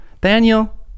daniel